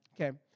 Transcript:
Okay